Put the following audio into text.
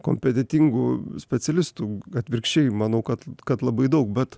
kompetentingų specialistų atvirkščiai manau kad kad labai daug bet